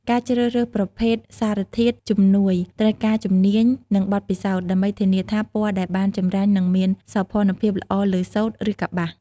ការជ្រើសរើសប្រភេទសារធាតុជំនួយត្រូវការជំនាញ និងបទពិសោធន៍ ដើម្បីធានាថាពណ៌ដែលបានចម្រាញ់នឹងមាន សោភ័ណភាពល្អលើសូត្រ ឬកប្បាស។